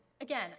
again